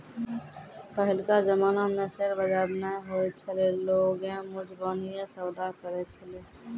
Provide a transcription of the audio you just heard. पहिलका जमाना मे शेयर बजार नै होय छलै लोगें मुजबानीये सौदा करै छलै